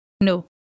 No